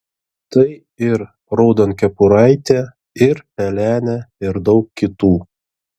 tai ir raudonkepuraitė ir pelenė ir daug kitų